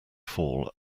fall